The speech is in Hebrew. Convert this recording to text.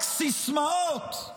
רק סיסמאות,